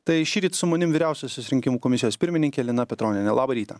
tai šįryt su manim vyriausiosios rinkimų komisijos pirmininkė lina petronienė labą rytą